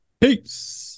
Peace